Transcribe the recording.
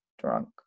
drunk